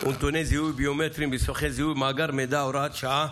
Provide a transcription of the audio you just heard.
ונתוני זיהוי ביומטריים במסמכי זיהוי ובמאגר מידע (הוראת שעה)